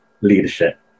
leadership